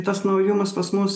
tas naujumas pas mus